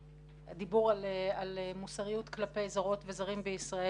דיברו על מוסריות כלפי זרות וזרים בישראל